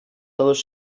todos